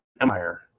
Empire